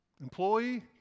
Employee